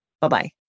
Bye-bye